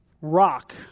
rock